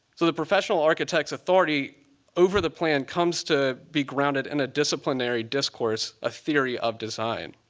so the professional architect's authority over the plan comes to be grounded in a disciplinary discourse, a theory of design.